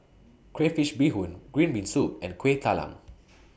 Crayfish Beehoon Green Bean Soup and Kuih Talam